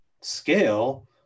scale